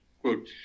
Quote